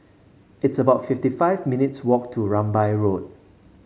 it's about fifty five minutes' walk to Rambai Road